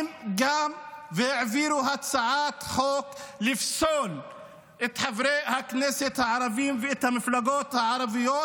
העבירו הצעת חוק לפסול את חברי הכנסת הערבים ואת המפלגות הערביות